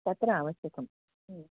तत्र आवश्यकम्